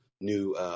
new